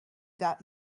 that